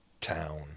town